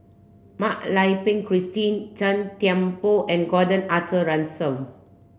Mak Lai Peng Christine Gan Thiam Poh and Gordon Arthur Ransome